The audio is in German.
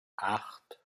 acht